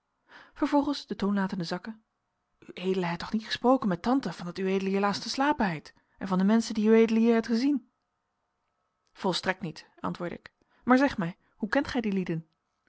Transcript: den toon latende zakken ued heit toch niet esproken met tante van dat ued hier laatst eslapen heit en van de menschen die ued hier heit ezien volstrekt niet antwoordde ik maar zeg mij hoe kent gij die lieden